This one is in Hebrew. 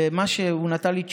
והוא נתן לי תשובה.